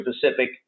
Pacific